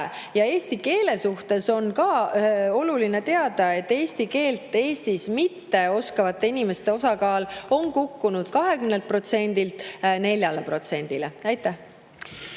Ja eesti keele kohta on ka oluline teada, et eesti keelt Eestis mitteoskavate inimeste osakaal on kukkunud 20%-lt 4%-le. Aitäh!